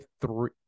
three